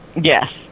Yes